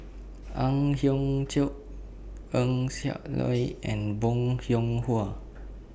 Ang Hiong Chiok Eng Siak Loy and Bong Hiong Hwa